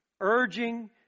Urging